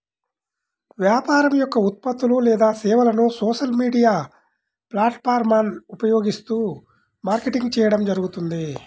వ్యాపారం యొక్క ఉత్పత్తులు లేదా సేవలను సోషల్ మీడియా ప్లాట్ఫారమ్లను ఉపయోగిస్తూ మార్కెటింగ్ చేయడం జరుగుతుంది